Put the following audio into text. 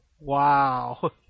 Wow